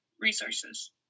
resources